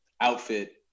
outfit